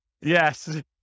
yes